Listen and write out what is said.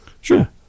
Sure